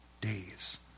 days